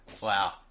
Wow